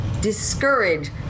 discourage